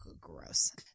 gross